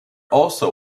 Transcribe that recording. also